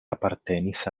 apartenis